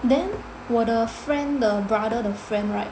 then 我的 friend 的 brother 的 friend right